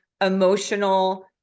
emotional